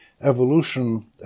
evolution